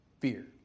fear